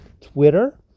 Twitter